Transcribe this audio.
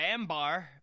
Bambar